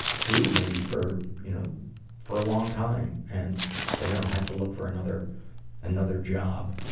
do maybe for you know for a long time and that i don't have to look for another another job.